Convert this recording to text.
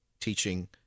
teaching